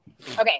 Okay